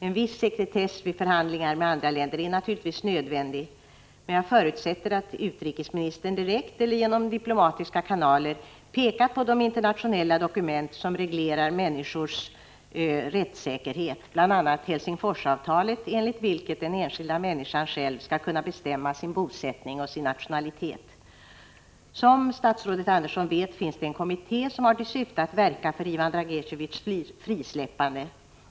En viss sekretess vid förhandlingar med andra länder är naturligtvis nödvändig, men jag förutsätter att utrikesministern direkt eller genom diplomatiska kanaler pekar på de internationella dokument som reglerar människors rättssäkerhet, bl.a. Helsingforsavtalet, enligt vilket den enskilda människan själv skall kunna bestämma sin bosättning och sin nationalitet. Som statsrådet Andersson vet finns det en kommitté som har till uppgift att verka för Ivan Dragiteviés frisläppande.